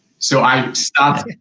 so i stopped